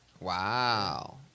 Wow